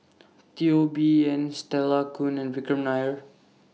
Teo Bee Yen Stella Kon and Vikram Nair